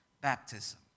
baptism